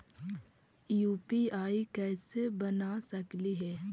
UPI कैसे बना सकली हे?